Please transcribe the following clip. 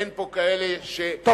אין פה כאלה ש-45 יום,